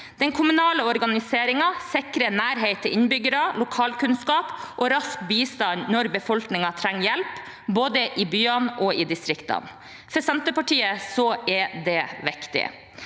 Den kommunale organiseringen sikrer nærhet til innbyggere, lokalkunnskap og rask bistand når befolkningen trenger hjelp, både i byene og i distriktene. For Senterpartiet er det viktig.